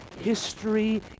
history